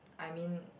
I mean